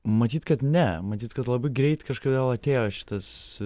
matyt kad ne matyt kad labai greit kažkodėl atėjo šitas